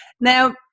now